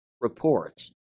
reports